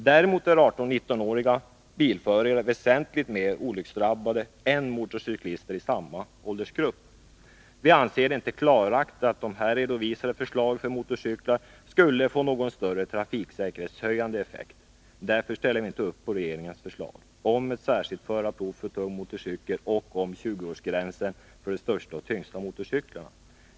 Däremot är 18-19-åriga bilförare väsentligt mer olycksdrabbade än motorcyklister i samma åldersgrupp. Vi anser det inte klarlagt att de här redovisade förslagen för motorcyklar skulle få någon större trafiksäkerhetshöjande effekt. Därför ställer vi inte upp på regeringens förslag om särskilt förarprov för tung motorcykel och om 20-årsgränsen för de största och tyngsta motorcyklarna.